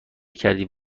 کردین